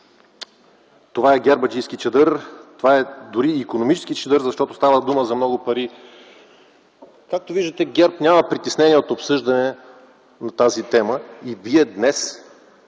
„Това е гербаджийски чадър, това е дори икономически чадър, защото става дума за много пари”. Както виждате, ГЕРБ няма притеснения от обсъждане на тази тема и Вие днес